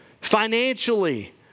financially